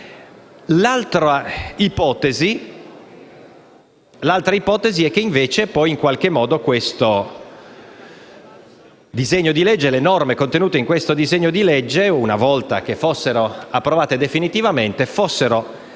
L'altra ipotesi è che invece poi in qualche modo le norme contenute nel presente disegno di legge, una volta approvate definitivamente, siano